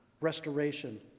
restoration